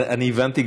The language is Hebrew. אני הבנתי,